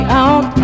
out